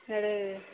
ସିଆଡ଼େ